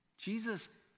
Jesus